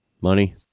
money